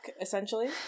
essentially